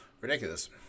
ridiculous